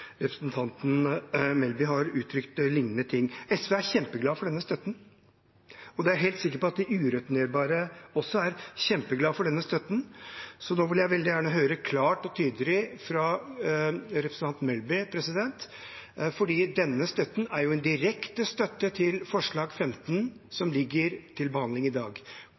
Representanten Melby har uttrykt lignende ting. SV er kjempeglad for denne støtten, og jeg er helt sikker på at de ureturnerbare også er kjempeglad for denne støtten. Så nå vil jeg veldig gjerne høre det klart og tydelig fra representanten Melby, for denne støtten er jo en direkte støtte til forslag nr. 15 som ligger til behandling i dag: